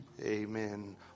amen